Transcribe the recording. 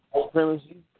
supremacy